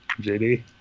JD